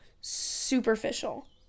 superficial